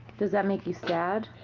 does that make you sad?